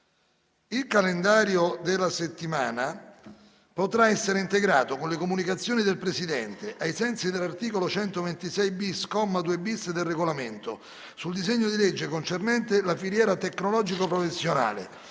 Il calendario della settimana potrà essere integrato con le comunicazioni del Presidente, ai sensi dell’articolo 126-bis, comma 2-bis, del Regolamento, sul disegno di legge concernente la filiera tecnologico-professionale,